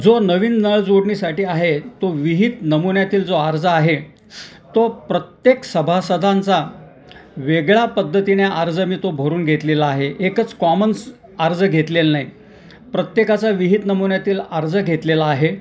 जो नवीन नळ जोडणीसाठी आहे तो विहित नमुन्यातील जो अर्ज आहे तो प्रत्येक सभासदांचा वेगळ्या पद्धतीने अर्ज मी तो भरून घेतलेला आहे एकच कॉमन्स अर्ज घेतलेला नाही प्रत्येकाचा विहित नमुन्यातील अर्ज घेतलेला आहे